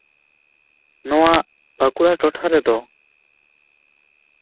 ᱱᱚᱣᱟ ᱵᱟᱸᱠᱩᱲᱟ ᱴᱚᱴᱷᱟ ᱨᱮᱫᱚ